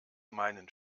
meinen